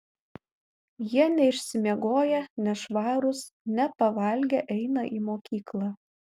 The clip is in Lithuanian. jie neišsimiegoję nešvarūs nepavalgę eina į mokyklą